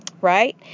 right